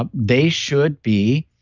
um they should be